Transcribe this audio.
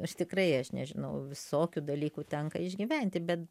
aš tikrai aš nežinau visokių dalykų tenka išgyventi bet